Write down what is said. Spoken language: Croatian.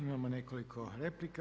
Imamo nekoliko replika.